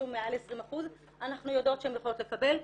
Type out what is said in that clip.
מעל 20% אנחנו יודעות שהן יכולות לקבל,